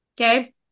okay